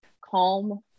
calm